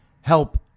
help